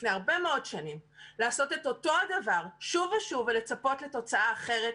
לפני הרבה מאוד שנים: לעשות את אותו דבר שוב ושוב ולצפות לתוצאה אחרת,